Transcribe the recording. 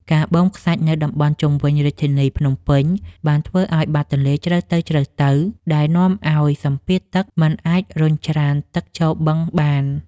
ការបូមខ្សាច់នៅតំបន់ជុំវិញរាជធានីភ្នំពេញបានធ្វើឱ្យបាតទន្លេជ្រៅទៅៗដែលនាំឱ្យសម្ពាធទឹកមិនអាចរុញច្រានទឹកចូលបឹងបាន។